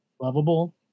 lovable